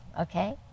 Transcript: okay